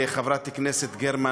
חברת הכנסת גרמן,